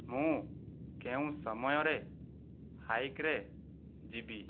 ମୁଁ କେଉଁ ସମୟରେ ହାଇକ୍ରେ ଯିବି